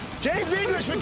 james?